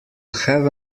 have